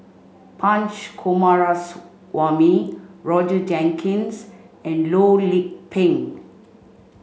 Punch Coomaraswamy Roger Jenkins and Loh Lik Peng